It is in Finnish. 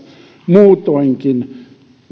työttömät muutoinkin